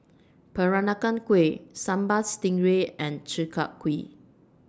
Peranakan Kueh Sambal Stingray and Chi Kak Kuih